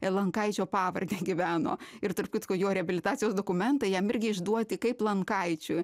elenkaičio pavarde gyveno ir tarp kitko jo reabilitacijos dokumentai jam irgi išduoti kaip lankaičių